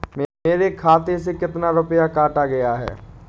मेरे खाते से कितना रुपया काटा गया है?